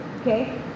okay